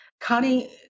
Connie